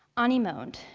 anie moaned.